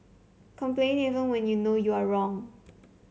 complain even when you know you are wrong